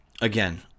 Again